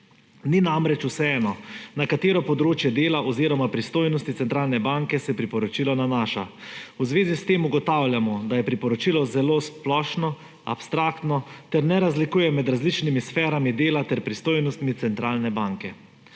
Ni namreč vseeno, na katero področje dela oziroma pristojnosti centralne banke se priporočilo nanaša. V zvezi s tem ugotavljamo, da je priporočilo zelo splošno, abstraktno ter ne razlikuje med različnimi sferami dela ter pristojnostmi centralne banke.